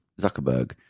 Zuckerberg